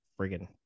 friggin